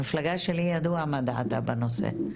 המפלגה שלי, ידוע מה דעתה בנושא.